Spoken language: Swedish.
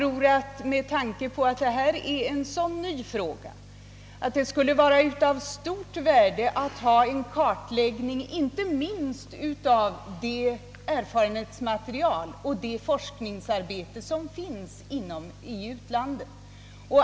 Men med tanke på att detta är en ny fråga tror jag att det skulle vara av stort värde att få en kartläggning av inte minst erfarenhetsmaterialet och forskningsarbetet utomlands.